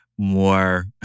more